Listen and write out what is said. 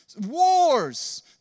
Wars